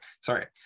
sorry